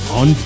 on